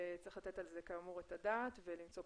צריך לתת על זה את הדעת ולמצוא פתרון.